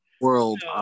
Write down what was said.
World